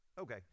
Okay